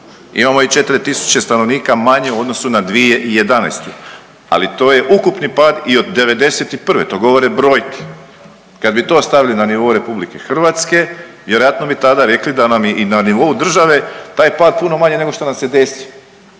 Imamo i 4000 stanovnika manje u odnosu na 2011. ali to je ukupni pad i od '91. To govore brojke. Kad bi to stavili na nivo RH vjerojatno bi tada rekli da nam je i na nivou države taj pad puno manji nego što nam se desio.